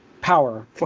power